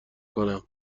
کنم